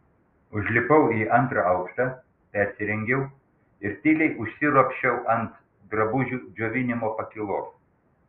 užlipau į antrą aukštą persirengiau ir tyliai užsiropščiau ant drabužių džiovinimo pakylos